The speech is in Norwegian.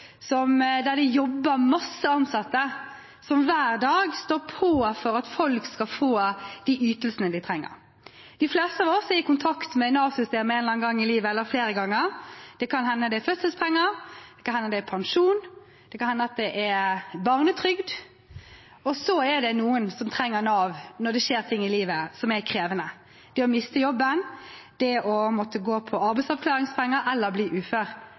der det jobber en masse ansatte som hver dag står på for at folk skal få de ytelsene de trenger. De fleste av oss er i kontakt med Nav-systemet én eller flere ganger i løpet av livet – det kan hende det er for fødselspenger, pensjon eller barnetrygd. Så er det noen som trenger Nav når det skjer ting i livet som er krevende – det å miste jobben, å måtte gå på arbeidsavklaringspenger eller å bli ufør.